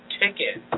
ticket